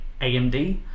AMD